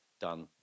done